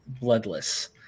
bloodless